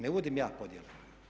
Ne vodim ja podjele.